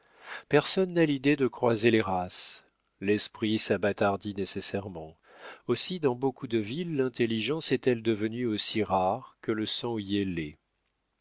personne n'a l'idée de croiser les races l'esprit s'abâtardit nécessairement aussi dans beaucoup de villes l'intelligence est-elle devenue aussi rare que le sang y est laid